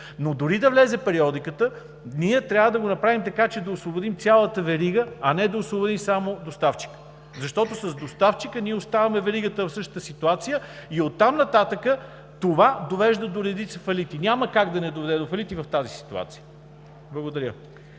но дори периодиката да влезе, ние трябва да го направим така, че да освободим цялата верига, а не да освободим само доставчика. С доставчика ние оставяме веригата в същата ситуация и оттам нататък това довежда до редица фалити. Няма как да не доведе до фалити в тази ситуация. Благодаря.